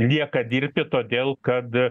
lieka dirbti todėl kad